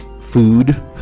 food